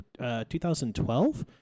2012